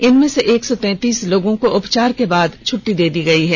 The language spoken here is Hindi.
इनमें से एक सौ तैंतीस लोगों को उपचार के बाद छटटी दे दी गई है